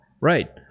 Right